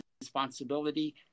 responsibility